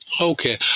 Okay